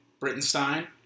Brittenstein